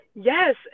Yes